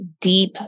deep